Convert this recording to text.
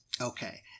Okay